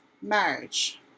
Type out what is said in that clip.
marriage